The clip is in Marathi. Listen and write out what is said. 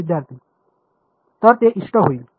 विद्यार्थी तर ते इष्ट होईल